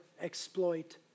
exploit